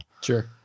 Sure